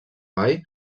vall